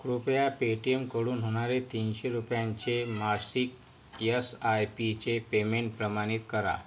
कृपया पे टीएमकडून होणारे तीनशे रुपयांचे मासिक एस आय पीचे पेमेंट प्रमाणित करा